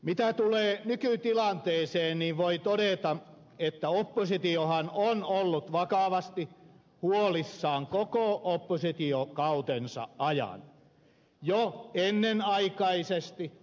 mitä tulee nykytilanteeseen niin voi todeta että oppositiohan on ollut vakavasti huolissaan koko oppositiokautensa ajan jo ennenaikaisesti